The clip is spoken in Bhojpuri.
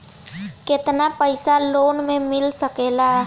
केतना पाइसा लोन में मिल सकेला?